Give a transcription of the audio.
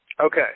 Okay